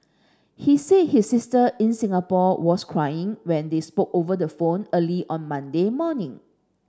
he said his sister in Singapore was crying when they spoke over the phone early on Monday morning